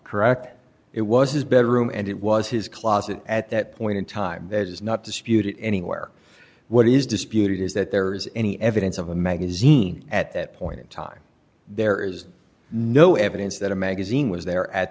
correct it was his bedroom and it was his closet at that point in time as not disputed anywhere what is disputed is that there is any evidence of a magazine at that point in time there is no evidence that a magazine was there at